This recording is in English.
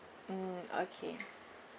mm okay